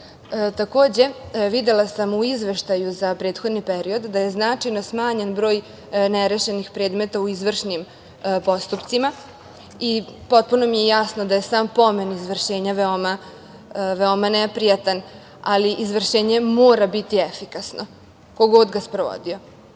tome. Videla sam u izveštaju za prethodni period da je značajno smanjen broj nerešenih predmeta u izvršnim postupcima i potpuno mi je jasno da je sam pomen izvršenja veoma neprijatan, ali izvršenje mora biti efikasno, ko god ga sprovodio,